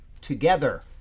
together